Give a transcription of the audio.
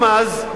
גם אז,